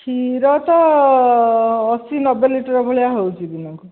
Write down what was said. କ୍ଷୀର ତ ଅଶୀ ନବେ ଲିଟର୍ ଭଳିଆ ହେଉଛି ଦିନକୁ